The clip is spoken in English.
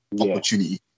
opportunity